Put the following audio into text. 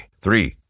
Three